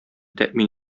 тәэмин